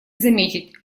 заметить